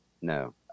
no